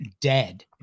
dead